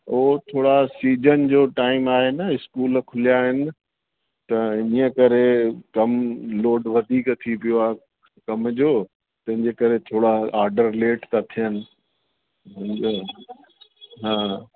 उहो थोरा सीजन जो टाइम आहे न स्कूल खुलिया आहिनि त इन्हीअ करे कमु लोड वधीक थी पियो आहे कम जो तंहिंजे करे थोरा आडर लेट था थियनि समुझयव हा